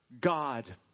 God